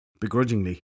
Begrudgingly